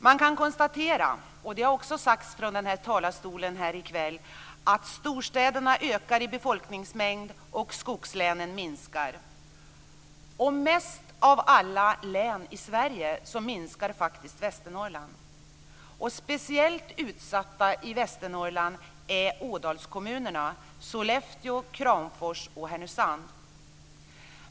Man kan konstatera - det har också sagts här från talarstolen i kväll - att storstädernas folkmängd ökar och att skogslänens folkmängd minskar. Mest av alla län i Sverige minskar Västernorrlands län. Speciellt utsatta i Västernorrland är Ådalskommunerna Sollefteå, Kramfors och Härnösand.